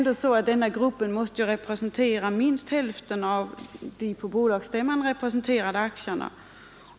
Den gruppen måste ändå representera minst hälften av de på bolagsstämman representerade aktierna.